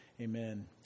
Amen